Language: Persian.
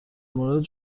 مورد